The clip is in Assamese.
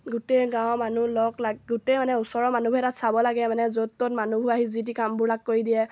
গোটেই গাঁৱৰ মানুহ লগ লাগি গোটেই মানে ওচৰৰ মানুহবোৰে তাত চাব লাগে মানে য'ত ত'ত মানুহবোৰ আহি যি তি কামবিলাক কৰি দিয়ে